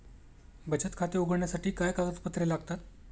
बचत खाते उघडण्यासाठी काय कागदपत्रे लागतात?